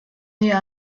dio